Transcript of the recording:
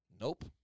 nope